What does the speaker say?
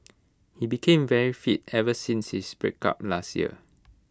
he became very fit ever since his breakup last year